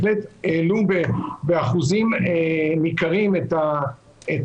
אלא רק אם הוא באמת מגדיל את מספר